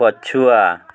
ପଛୁଆ